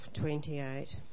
28